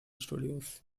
studios